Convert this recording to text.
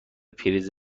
پریز